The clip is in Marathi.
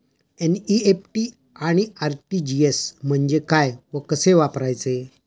एन.इ.एफ.टी आणि आर.टी.जी.एस म्हणजे काय व कसे वापरायचे?